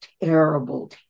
terrible